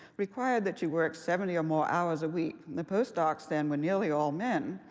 required that you work seventy or more hours a week. the postdocs then were nearly all men.